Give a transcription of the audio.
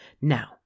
now